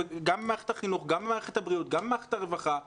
גם במערכת הבריאות וגם במערכת הרווחה.